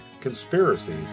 conspiracies